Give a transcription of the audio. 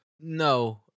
No